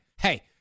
hey